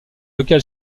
lequel